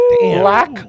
Black